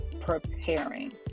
preparing